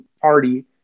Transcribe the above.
party